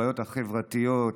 הבעיות החברתיות,